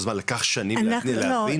אז מה לקח שנים להבין?